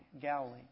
Galilee